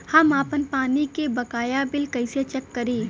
हम आपन पानी के बकाया बिल कईसे चेक करी?